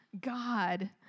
God